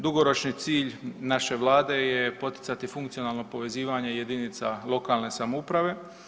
Dugoročni cilj naše Vlade je poticati funkcionalno povezivanje jedinica lokalne samouprave.